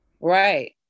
Right